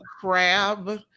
crab